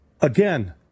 again